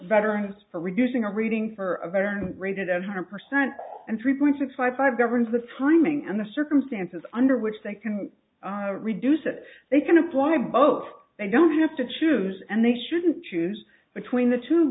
veterans for reducing a reading for a better rated at her percent and three point six five five governs the timing and the circumstances under which they can reduce it they can apply both they don't have to choose and they shouldn't choose between the two